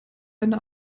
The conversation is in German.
eine